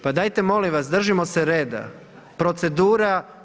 Pa dajte molim vas, držimo se reda, procedura.